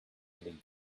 leaving